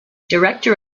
director